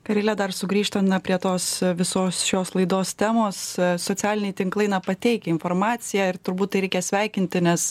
karile dar sugrįžtant na prie tos visos šios laidos temos socialiniai tinklai na pateikia informaciją ir turbūt tai reikia sveikinti nes